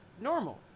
normal